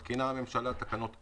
מתקינה הממשלה תקנות אלה: